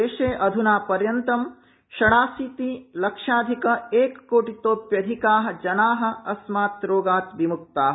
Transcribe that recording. देशे अध्ना पर्यन्तं षडाशीति लक्षाधिक एककोटितोप्यधिका जनाः अस्मात् रोगात् विमुक्ता